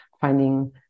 finding